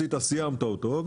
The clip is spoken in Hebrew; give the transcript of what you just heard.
סיימת אותו,